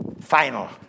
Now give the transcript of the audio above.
final